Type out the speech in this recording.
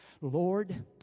Lord